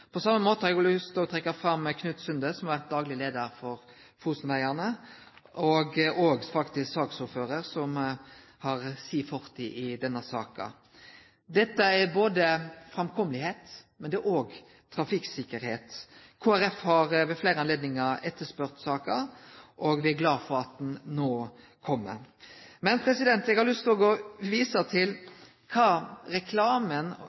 På same måten har eg lyst til å trekkje fram Knut Sundet, som har vore dagleg leiar for Fosenvegene, og faktisk òg saksordføraren, som har ei fortid i denne saka. Dette gjeld framkommelegheit, men òg trafikksikkerheit. Kristeleg Folkeparti har ved fleire anledningar etterspurt saka, og vi er glade for at ho no kjem. Men eg har òg lyst til å vise til kva reklamen